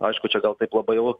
aišku čia gal taip labai jau